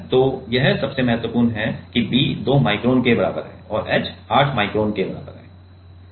तो यह सबसे महत्वपूर्ण है कि b 2 माइक्रोन के बराबर है और h 8 माइक्रोन के बराबर है दूसरे तरीके से नहीं